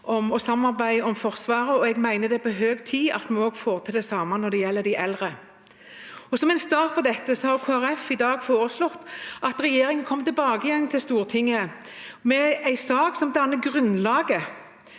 og et forlik om Forsvaret, og jeg mener det er på høy tid at vi får til det samme når det gjelder de eldre. Som en start på dette har Kristelig Folkeparti i dag foreslått at regjeringen kommer tilbake til Stortinget med en sak som danner grunnlaget